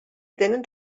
tenen